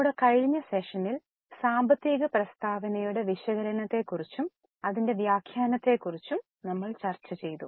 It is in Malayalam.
നമ്മുടെ കഴിഞ്ഞ സെഷനിൽ സാമ്പത്തിക പ്രസ്താവനയുടെ വിശകലനത്തെക്കുറിച്ചും അതിന്റെ വ്യാഖ്യാനത്തെക്കുറിച്ചും ചർച്ച ആരംഭിച്ചു